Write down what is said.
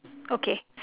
okay